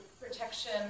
protection